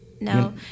No